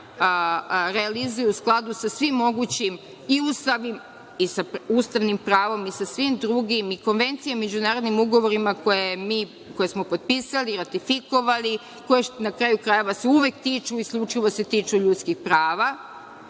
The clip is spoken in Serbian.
realizuje u skladu sa svim mogućim i ustavnim pravom i sa svim drugim i konvencijama o međunarodnim ugovorima koje smo potpisali, ratifikovali, koje se na kraju krajeva uvek tiču isključivo ljudskih prava.